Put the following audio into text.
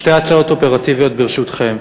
שתי הצעות אופרטיביות, ברשותכם: